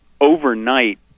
overnight